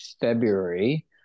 February